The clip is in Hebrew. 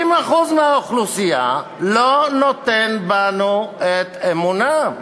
50% מהאוכלוסייה לא נותנים בנו את אמונם.